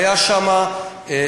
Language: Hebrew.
הייתה שם פסקה,